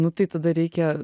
nu tai tada reikia